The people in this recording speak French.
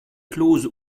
close